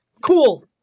cool